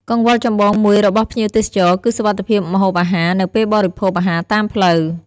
កង្វល់ចម្បងមួយរបស់ភ្ញៀវទេសចរ គឺសុវត្ថិភាពម្ហូបអាហារនៅពេលបរិភោគអាហារតាមផ្លូវ